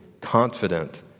confident